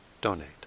donate